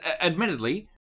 admittedly